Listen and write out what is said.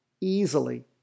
easily